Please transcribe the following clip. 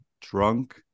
drunk